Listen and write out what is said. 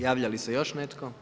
Javlja li se još netko?